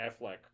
Affleck